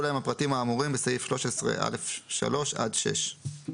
להם הפרטים האמורים בסעיף 13(א)(3) עד (6).